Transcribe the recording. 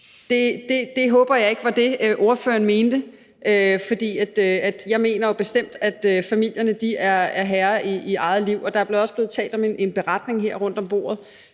Jeg håber ikke, det var det, ordføreren mente, for jeg mener bestemt, at familierne er herre i eget liv. Der er også blevet talt om, at man kunne lave